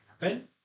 happen